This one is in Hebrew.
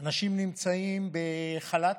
אנשים נמצאים בחל"ת,